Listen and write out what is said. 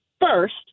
first